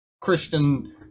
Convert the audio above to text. Christian